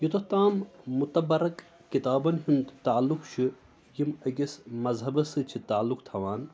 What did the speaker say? یوٚتَتھ تام مُتبرک کِتابَن ہُنٛد تعلق چھُ یِم أکِس مذہبس سۭتۍ چھِ تعلق تھاوان